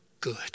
good